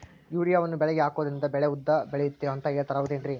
ಯೂರಿಯಾವನ್ನು ಬೆಳೆಗೆ ಹಾಕೋದ್ರಿಂದ ಬೆಳೆ ಉದ್ದ ಬೆಳೆಯುತ್ತೆ ಅಂತ ಹೇಳ್ತಾರ ಹೌದೇನ್ರಿ?